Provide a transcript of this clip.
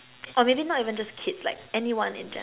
or maybe not even just kids like anyone in general